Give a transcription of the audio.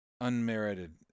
unmerited